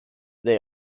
they